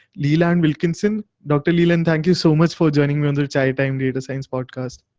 leland wilkinson, dr. leland, thank you so much for joining me on the time data science podcast.